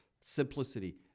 Simplicity